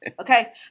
Okay